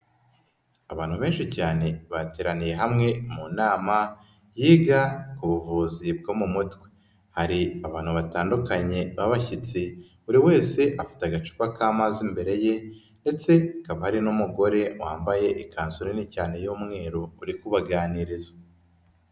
Abantu benshi cyane bateraniye hamwe mu nama yiga ku buvuzi bwo mu mutwe, hari abantu batandukanye babashyitsi buri wese afite agacupa k'amazi imbere ye ndetse hakaba hari n'umugore wambaye ikanzu nini cyane y'umweru uri kubaganiriza.